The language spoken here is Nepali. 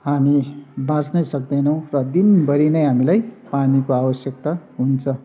हामी बाँच्नै सक्दैनौँ र दिनभरि नै हामीलाई पानीको आवश्यक्ता हुन्छ